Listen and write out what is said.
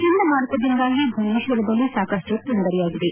ಚಂಡಮಾರುತದಿಂದಾಗಿ ಭುವನೇಶ್ವರದಲ್ಲಿ ಸಾಕಷ್ಟು ತೊಂದರೆಯಾಗಿದೆ